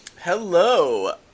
Hello